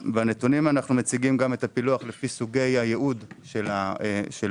בנתונים אנחנו מציגים את הפילוח גם לפי סוגי הייעוד של הנכסים: